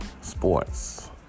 Sports